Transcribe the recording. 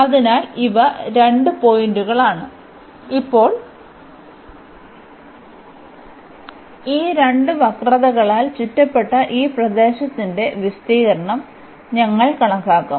അതിനാൽ ഇവ രണ്ട് പോയിന്റുകളാണ് ഇപ്പോൾ ഈ രണ്ട് വക്രതകളാൽ ചുറ്റപ്പെട്ട ഈ പ്രദേശത്തിന്റെ വിസ്തീർണ്ണം ഞങ്ങൾ കണക്കാക്കും